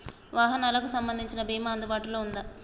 వాహనాలకు సంబంధించిన బీమా అందుబాటులో ఉందా?